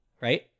right